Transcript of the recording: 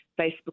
Facebook